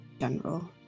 General